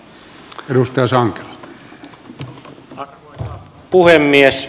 arvoisa puhemies